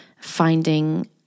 finding